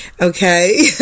Okay